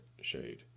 shade